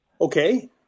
Okay